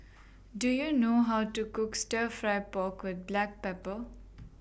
Do YOU know How to Cook Stir Fry Pork with Black Pepper